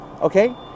Okay